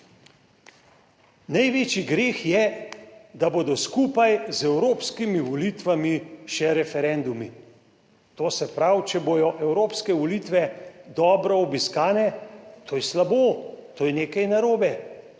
Največji greh je, da bodo skupaj z evropskimi volitvami še referendumi. To se pravi, če bodo evropske volitve dobro obiskane, to je slabo, to je nekaj narobe.